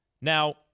Now